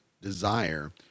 desire